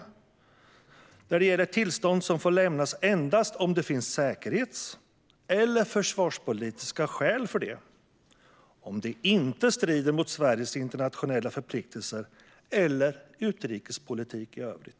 Tillstånd får lämnas endast om det finns säkerhets eller försvarspolitiska skäl för det och det inte strider mot Sveriges internationella förpliktelser eller utrikespolitik i övrigt."